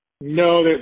No